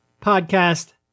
Podcast